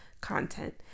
content